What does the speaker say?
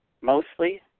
mostly